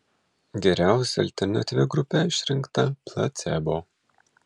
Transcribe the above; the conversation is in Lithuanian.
geriausia alternatyvia grupe išrinkta placebo